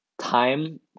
time